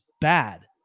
bad